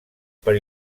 per